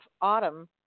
autumn